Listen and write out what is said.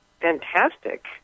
fantastic